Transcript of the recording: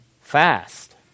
fast